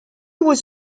was